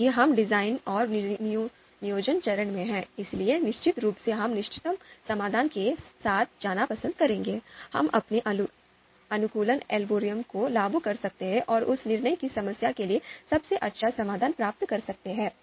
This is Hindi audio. क्योंकि हम डिजाइन और नियोजन चरण में हैं इसलिए निश्चित रूप से हम इष्टतम समाधान के साथ जाना पसंद करेंगे हम अपने अनुकूलन एल्गोरिदम को लागू कर सकते हैं और उस निर्णय की समस्या के लिए सबसे अच्छा समाधान प्राप्त कर सकते हैं